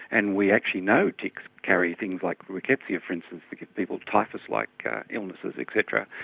and we actually know ticks carry things like rickettsia, for instance, that give people typhus-like like illnesses, etc.